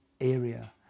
area